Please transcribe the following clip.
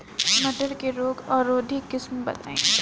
मटर के रोग अवरोधी किस्म बताई?